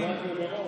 לא,